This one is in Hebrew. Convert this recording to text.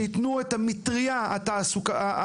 שיתנו את המטריה של ההעסקה.